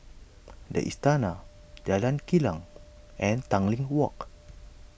the Istana Jalan Kilang and Tanglin Walk